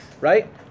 right